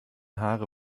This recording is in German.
haare